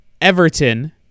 Everton